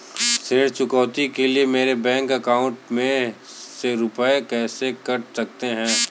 ऋण चुकौती के लिए मेरे बैंक अकाउंट में से रुपए कैसे कट सकते हैं?